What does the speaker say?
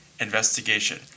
investigation